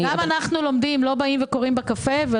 גם אנחנו לומדים, אנחנו לא קוראים בקפה.